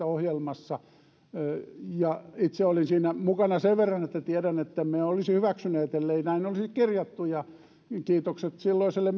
ohjelmassa vuonna kaksituhattaviisitoista ja itse olin siinä mukana sen verran että tiedän ettemme olisi hyväksyneet ellei näin olisi kirjattu kiitokset silloiselle